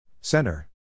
Center